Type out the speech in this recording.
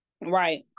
Right